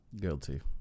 guilty